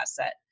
asset